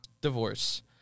Divorce